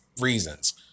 reasons